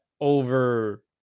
over